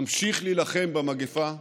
נמשיך להילחם במגפה.